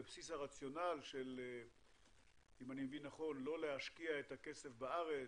בבסיס הרציונל של לא להשקיע את הכסף בארץ.